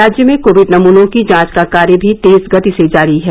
राज्य में कोविड नमूनों की जांच का कार्य भी तेज गति से जारी है